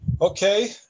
okay